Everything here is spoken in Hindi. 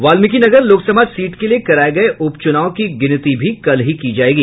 वाल्मीकि नगर लोकसभा सीट के लिए कराए गए उपचुनाव की गिनती भी कल ही की जाएगी